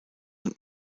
und